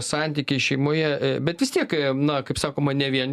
santykiai šeimoje bet vis tiek na kaip sakoma ne vien